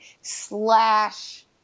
slash